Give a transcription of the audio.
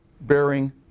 bearing